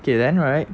okay then right